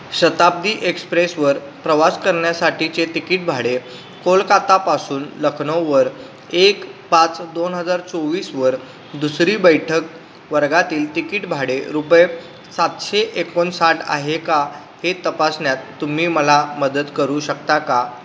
शताब्दी एक्सप्रेसवर प्रवास करण्यासाठीचे तिकीट भाडे कोलकातापासून लखनऊवर एक पाच दोन हजार चोवीसवर दुसरी बैठक वर्गातील तिकीट भाडे रुपये सातशे एकोणसाठ आहे का हे तपासण्यात तुम्ही मला मदत करू शकता का